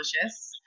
delicious